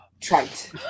trite